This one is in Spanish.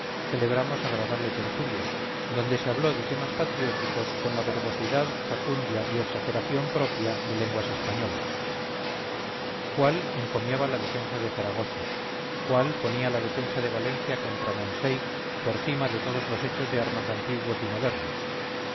celebramos agradable tertulia donde se habló de temas patrióticos con la verbosidad facundia y exageración propia de españolas lenguas cuál encomiaba la defensa de zaragoza cuál ponía la defensa de valencia contra moncey por cima de todos los hechos de armas antiguos y modernos